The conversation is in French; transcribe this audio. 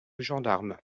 gendarmes